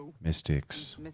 mystics